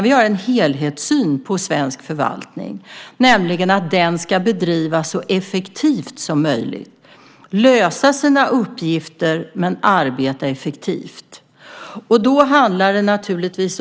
Vi har en helhetssyn på svensk förvaltning, nämligen att den ska bedrivas så effektivt som möjligt. Man ska lösa sina uppgifter och arbeta effektivt.